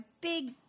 big